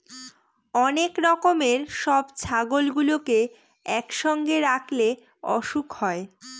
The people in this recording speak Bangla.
অনেক রকমের সব ছাগলগুলোকে একসঙ্গে রাখলে অসুখ হয়